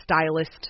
stylist